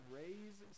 raise